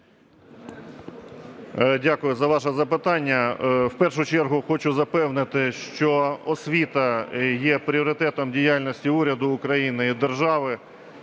Дякую за ваше запитання. В першу чергу хочу запевнити, що освіта є пріоритетом діяльності Уряду України і держави.